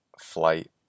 flight